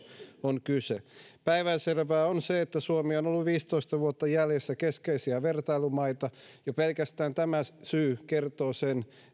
on kyse päivänselvää on se että suomi on ollut viisitoista vuotta jäljessä keskeisiä vertailumaita jo pelkästään tämä syy kertoo sen